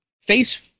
face